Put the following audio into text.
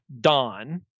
Don